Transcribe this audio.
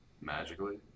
Magically